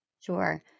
Sure